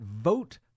vote